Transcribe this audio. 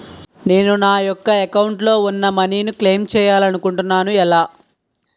నేను నా యెక్క అకౌంట్ లో ఉన్న మనీ ను క్లైమ్ చేయాలనుకుంటున్నా ఎలా?